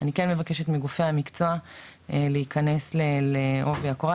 אני כן מבקשת מגופי המקצוע להיכנס ל'עובי הקורה',